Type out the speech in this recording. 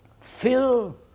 fill